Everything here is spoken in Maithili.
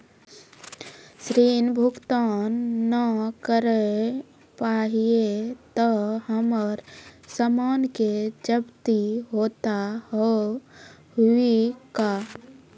ऋण भुगतान ना करऽ पहिए तह हमर समान के जब्ती होता हाव हई का?